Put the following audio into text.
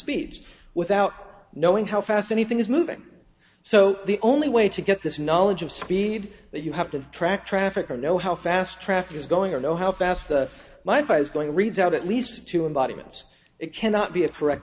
speeds without knowing how fast anything is moving so the only way to get this knowledge of speed that you have to track traffic or know how fast traffic is going or know how fast my fight is going reads out at least two embodiments it cannot be a correct